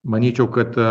manyčiau kad